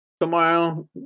Tomorrow